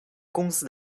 公司